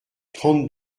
trente